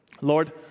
Lord